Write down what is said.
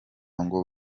ngo